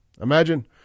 Imagine